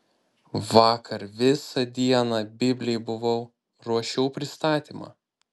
vakar visą dieną biblėj buvau ruošiau pristatymą